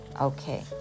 Okay